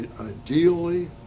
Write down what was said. ideally